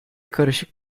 karışık